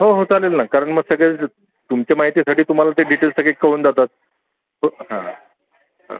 हो हो चालेल ना कारण मग सगळेच तुमच्या माहितीसाठी तुम्हाला ते डिटेल्स सगळे कळून जातात हो हं हं